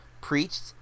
preached